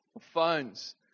phones